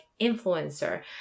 influencer